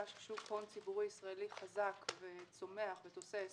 ששוק הון ציבורי ישראלי חזק וצומח ותוסס,